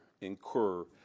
incur